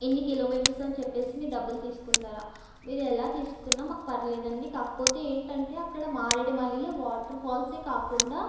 ఎన్ని కిలోమీటర్స్ అని చెప్పేసి మీ డబ్బులు తీసుకుంటారా మీరు ఎలా తీసుకున్నా మాకు పర్లేదండి కాకపోతే ఏంటంటే అక్కడ మారేడుమల్లిలో వాటర్ఫాల్సే కాకుండా